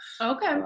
Okay